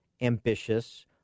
ambitious